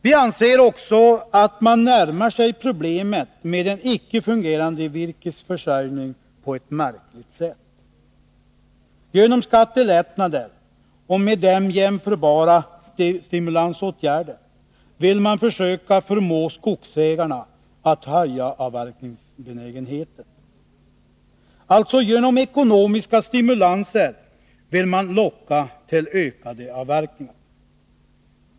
Vi anser också att man närmar sig problemet med en icke fungerande virkesförsörjning på ett märkligt sätt. Genom skattelättnader och med dem jämförbara stimulansåtgärder vill man försöka förmå skogsägarna att höja avverkningsbenägenheten. Det är alltså genom ekonomiska stimulanser som man vill locka till ökade avverkningar.